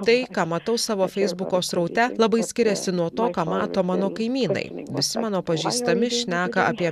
tai ką matau savo feisbuko sraute labai skiriasi nuo to ką mato mano kaimynai visi mano pažįstami šneka apie